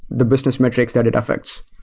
the business metrics that it affects.